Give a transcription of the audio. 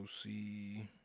see